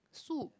soup